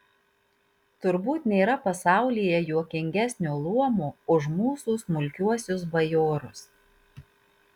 turbūt nėra pasaulyje juokingesnio luomo už mūsų smulkiuosius bajorus